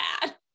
bad